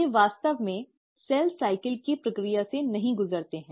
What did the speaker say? ये वास्तव में कोशिका चक्र की प्रक्रिया से नहीं गुजरते हैं